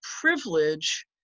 privilege